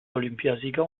olympiasieger